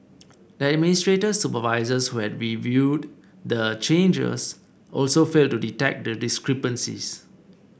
the administrator's supervisors who had reviewed the changes also failed to detect the discrepancies